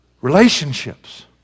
Relationships